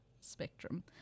spectrum